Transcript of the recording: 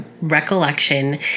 recollection